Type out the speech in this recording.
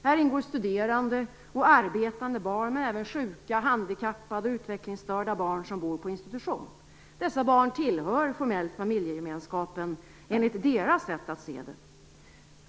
Här ingår studerande och arbetande barn men även sjuka, handikappade och utvecklingsstörda barn som bor på institution. Dessa barn tillhör formellt familjegemenskapen enligt deras sätt att se det.